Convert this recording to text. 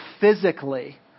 physically